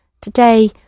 Today